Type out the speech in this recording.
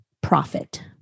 profit